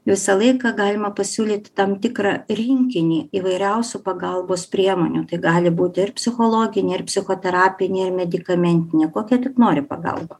visą laiką galima pasiūlyti tam tikrą rinkinį įvairiausių pagalbos priemonių tai gali būti ir psichologinė ar psichoterapinė ar medikamentinė kokia tik nori pagalba